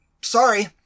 Sorry